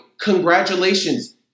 Congratulations